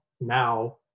now